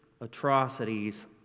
atrocities